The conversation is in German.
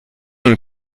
und